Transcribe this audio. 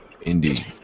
Indeed